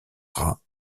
rats